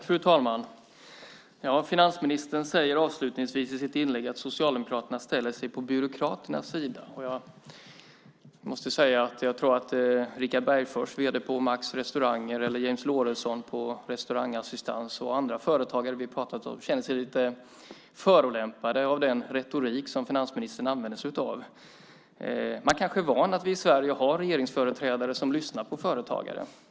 Fru talman! Finansministern säger avslutningsvis i sitt inlägg att Socialdemokraterna ställer sig på byråkraternas sida. Jag tror att Richard Bergfors, vd på Max Hamburgerrestauranger, James Lorentzon på Restaurangassistans och andra företagare vi talat med känner sig förolämpade av den retorik som finansministern använder sig av. De kanske är vana att vi i Sverige har regeringsföreträdare som lyssnar på företagare.